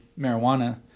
marijuana